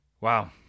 Wow